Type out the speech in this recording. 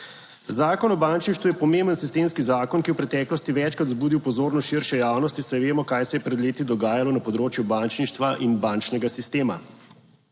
Zakon o bančništvu je pomemben sistemski zakon, ki je v preteklosti večkrat vzbudil pozornost širše javnosti, saj vemo, kaj se je pred leti dogajalo na področju bančništva in bančnega sistema.